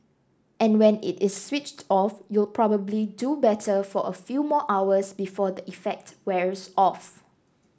and when it is switched off you'll probably do better for a few more hours before the effect wears off